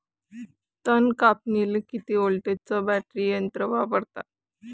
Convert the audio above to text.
तन कापनीले किती व्होल्टचं बॅटरी यंत्र वापरतात?